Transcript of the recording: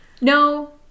No